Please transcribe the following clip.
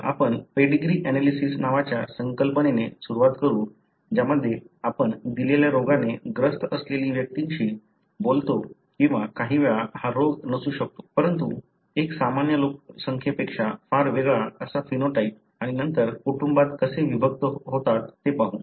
तर आपण pedigree analysis नावाच्या संकल्पनेने सुरुवात करू ज्यामध्ये आपण दिलेल्या रोगाने ग्रस्त असलेल्या व्यक्तींशी बोलतो किंवा काही वेळा हा रोग नसू शकतो परंतु एक सामान्य लोकसंख्येपेक्षा फार वेगळा असा फिनोटाइप आणि नंतर कुटुंबात कसे विभक्त होतोत ते पाहू